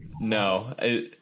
No